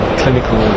clinical